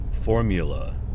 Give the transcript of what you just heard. formula